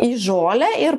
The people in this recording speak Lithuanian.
į žolę ir